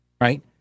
right